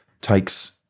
takes